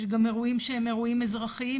יש גם אירועים שהם אירועים אזרחיים,